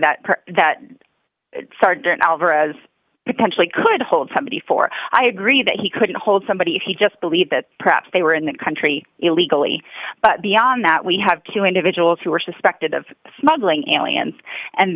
that that sergeant alvarez potentially could hold somebody for i agree that he couldn't hold somebody if he just believe that perhaps they were in that country illegally but beyond that we have two individuals who are suspected of smuggling and lands and